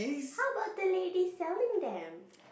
how about the lady selling them